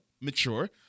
mature